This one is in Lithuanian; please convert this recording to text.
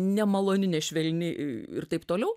nemaloni nešvelni ir taip toliau